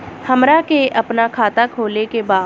हमरा के अपना खाता खोले के बा?